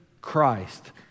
Christ